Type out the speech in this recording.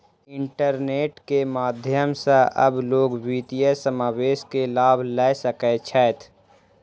internet के माध्यम सॅ आब लोक वित्तीय समावेश के लाभ लअ सकै छैथ